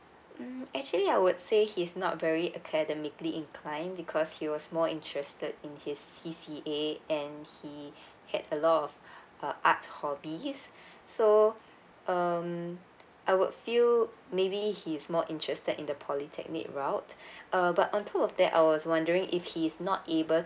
mm actually I would say he's not very academically incline because he was more interested in his C_C_A and he had a lot of uh art hobbies so um I would feel maybe he's more interested in the polytechnic route but on top of that I was wondering if he is not able